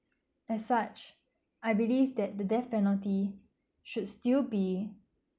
as such I believe that the death penalty should still be